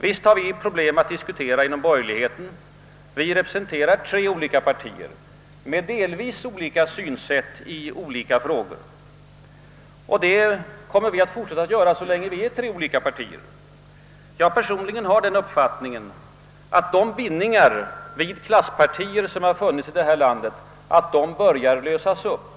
Visst har vi problem att diskutera inom borgerligheten; vi representerar tre olika partier med delvis olika synsätt i skilda frågor. Och det kommer vi att ha så länge dessa olika partier existerar. Personligen hyser jag den uppfattningen, att de bindningar vid klasspartier, som funnits i vårt land, nu börjat att lösas upp.